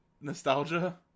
nostalgia